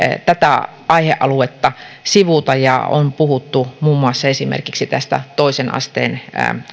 tätä aihealuetta sivuta ja on puhuttu muun muassa esimerkiksi tästä toisen asteen